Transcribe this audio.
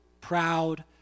proud